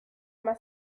más